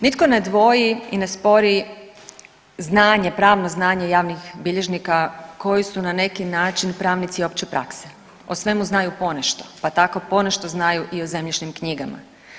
Nitko ne dvoji i ne spori znanje, pravno znanje javnih bilježnika koji su na neki način pravnici opće prakse, o svemu znaju ponešto, pa tako ponešto znaju i o zemljišnim knjigama.